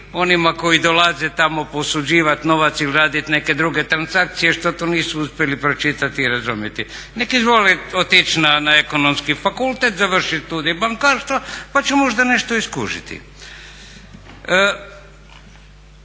onima koji dolaze tamo posuđivati novac ili raditi neke druge transakcije što to nisu uspjeli pročitati i razumjeti. Neka izvole otići na ekonomski fakultet, završiti studij bankarstva pa će možda nešto i skužiti.